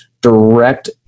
direct